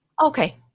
Okay